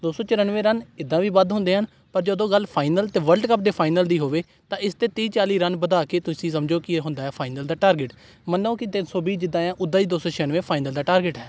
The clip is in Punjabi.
ਦੋ ਸੌ ਚੁਰਾਨਵੇਂ ਰਨ ਇੱਦਾਂ ਵੀ ਵੱਧ ਹੁੰਦੇ ਹਨ ਪਰ ਜਦੋਂ ਗੱਲ ਫਾਈਨਲ ਅਤੇ ਵਰਲਡ ਕੱਪ ਦੇ ਫਾਈਨਲ ਦੀ ਹੋਵੇ ਤਾਂ ਇਸ 'ਤੇ ਤੀਹ ਚਾਲੀ ਰਨ ਵਧਾ ਕੇ ਤੁਸੀਂ ਸਮਝੋ ਕਿ ਹੁੰਦਾ ਫਾਈਨਲ ਦਾ ਟਾਰਗੇਟ ਮੰਨੋ ਕਿ ਤਿੰਨ ਸੌ ਵੀਹ ਜਿੱਦਾਂ ਆ ਉੱਦਾਂ ਹੀ ਦੋ ਸੌ ਛਿਆਨਵੇਂ ਫਾਈਨਲ ਦਾ ਟਾਰਗੇਟ ਹੈ